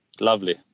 Lovely